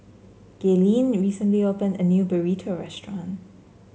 Gaylene recently opened a new Burrito Restaurant